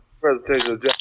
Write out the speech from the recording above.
presentation